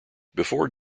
before